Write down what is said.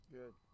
good